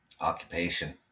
occupation